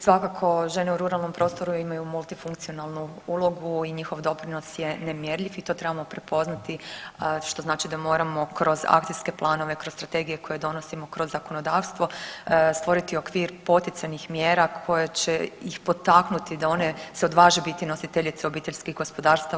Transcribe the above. Svakako žene u ruralnom prostoru imaju multifunkcionalnu ulogu i njihov doprinos je nemjerljiv i to trebamo prepoznati što znači da moramo kroz akcijske planove, kroz strategije koje donosimo, kroz zakonodavstvo stvoriti okvir poticajnih mjera koje će ih potaknuti da se one odvaže biti nositeljice obiteljskih gospodarstava.